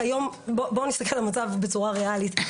בואו נסתכל על המצב בצורה ריאלית,